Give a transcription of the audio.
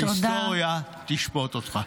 ההיסטוריה תשפוט אותך.